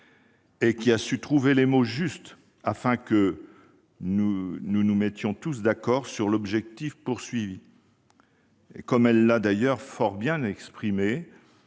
et qui a su trouver les mots justes afin que nous nous mettions tous d'accord sur l'objectif. Comme elle l'a d'ailleurs fort bien exprimé,